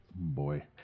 Boy